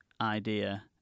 idea